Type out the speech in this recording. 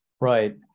Right